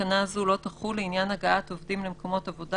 תקנות האלה בכל הנוגע לעבודה כמקום עבודה